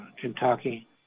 Kentucky